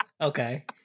okay